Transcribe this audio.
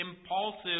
impulsive